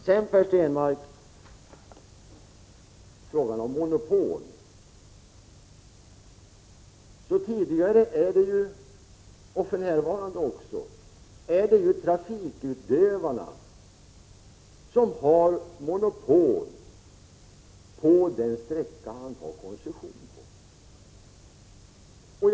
När det gäller frågan om monopol vill jag säga följande till Per Stenmarck. För närvarande har trafikutövaren monopol på den sträcka han har koncession på. Så har det också varit tidigare.